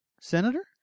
Senator